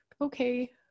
okay